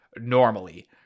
normally